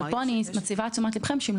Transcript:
אבל אני מסבה את תשומת ליבכם לכך שהרשימה הזאת